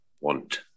want